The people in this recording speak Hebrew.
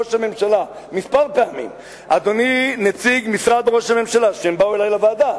ראש הממשלה כמה פעמים כשהם באו אלי לוועדה: